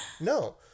No